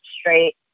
straight